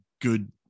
good